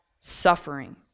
suffering